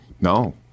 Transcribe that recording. No